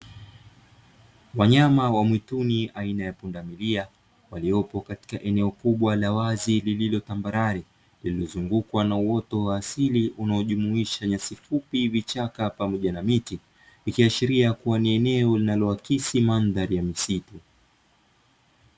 Wanyama wa mwituni aina ya punda milia, waliopo katika eneo kubwa la wazi lililotambarare lililozungukwa na uoto wa asili unaojumuisha nyasi fupi vichaka pamoja na miti, ikiashiria kuwa ni eneo linaloakisi mandhari ya misitu.